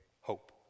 Hope